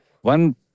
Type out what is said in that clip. One